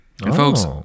folks